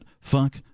fuck